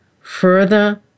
further